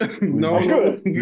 No